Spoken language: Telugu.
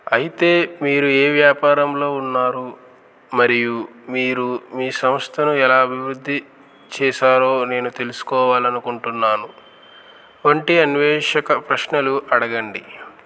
అయితే మీరు ఏ వ్యాపారంలో ఉన్నారు మరియు మీరు మీ సంస్థను ఎలా అభివృద్ధి చేశారో నేను తెలుసుకోవాలనుకుంటున్నాను వంటి అన్వేషక ప్రశ్నలు అడగండి